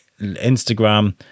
Instagram